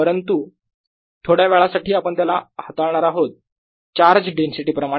परंतु थोड्या वेळासाठी आपण त्याला हाताळणार आहोत चार्ज डेन्सिटी प्रमाणे